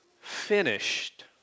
finished